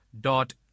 dot